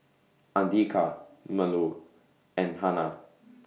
Andika Melur and Hana